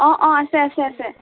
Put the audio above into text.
অঁ অঁ আছে আছে আছে